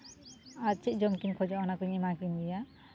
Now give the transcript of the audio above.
ᱟᱨ ᱪᱮᱫ ᱡᱚᱢ ᱠᱤᱱ ᱠᱷᱚᱡᱚᱜᱼᱟ ᱚᱱᱟ ᱠᱚᱧ ᱮᱢᱟ ᱠᱤᱱ ᱜᱮᱭᱟ